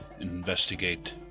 investigate